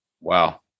Wow